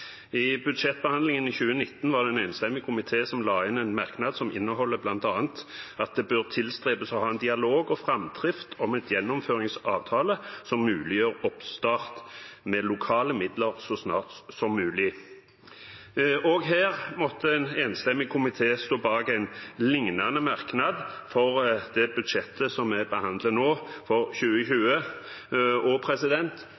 I budsjettbehandlingen i 2019 la en enstemmig komité inn en merknad bl.a. om «at det bør tilstrebes å ha en dialog og fremdrift om en gjennomføringsavtale som muliggjør oppstart med lokale midler så snart som mulig». Også her måtte en enstemmig komité stå bak en lignende merknad for det budsjettet vi behandler nå, for